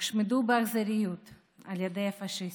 הושמדו באכזריות על ידי הפשיסטים.